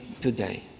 today